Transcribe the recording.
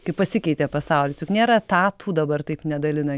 kaip pasikeitė pasaulis juk nėra etatų dabar taip nedalina